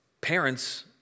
parents